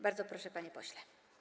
Bardzo proszę, panie pośle.